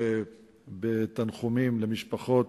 זה הכול ירושה לממשלה